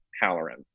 Halloran